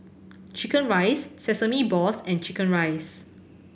chicken rice sesame balls and chicken rice